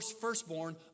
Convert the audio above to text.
firstborn